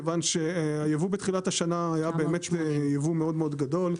כיוון שהיבוא בתחילת השנה היה באמת יבוא מאוד מאוד גדול,